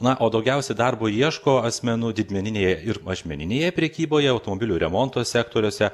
na o daugiausiai darbo ieško asmenų didmeninėje ir mažmeninėje prekyboje automobilių remonto sektoriuose